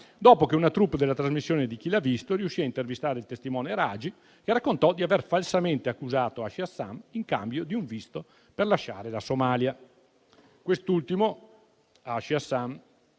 dopo che una *troupe* della trasmissione «Chi l'ha visto?» riuscì a intervistare il testimone Ragi, che raccontò di aver falsamente accusato Hashi *Assan* in cambio di un visto per lasciare la Somalia. Quest'ultimo, Hashi Assan